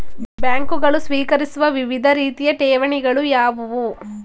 ಬ್ಯಾಂಕುಗಳು ಸ್ವೀಕರಿಸುವ ವಿವಿಧ ರೀತಿಯ ಠೇವಣಿಗಳು ಯಾವುವು?